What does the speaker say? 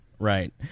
Right